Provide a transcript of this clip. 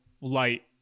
light